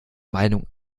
meinung